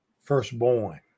firstborn